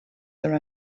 their